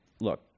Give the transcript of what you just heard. look